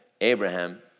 Abraham